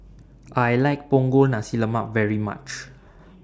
I like Punggol Nasi Lemak very much